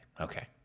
Okay